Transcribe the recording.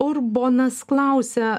urbonas klausia